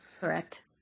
Correct